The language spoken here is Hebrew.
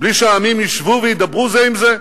בלי שהעמים ישבו וידברו זה עם זה?